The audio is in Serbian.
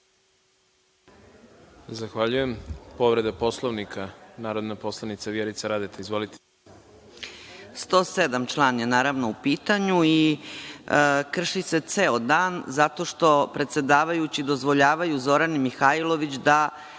Zahvaljujem. Povreda Poslovnika, narodna poslanica Vjerica Radeta. Izvolite. **Vjerica Radeta** Član 107, je naravno u pitanju i krši se ceo dan, zato što predsedavajući dozvoljavaju Zorani Mihajlović da